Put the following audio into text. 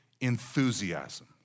enthusiasm